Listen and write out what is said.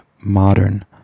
modern